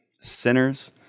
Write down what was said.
sinners